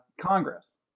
Congress